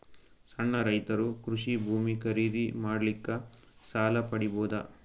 ಸಣ್ಣ ರೈತರು ಕೃಷಿ ಭೂಮಿ ಖರೀದಿ ಮಾಡ್ಲಿಕ್ಕ ಸಾಲ ಪಡಿಬೋದ?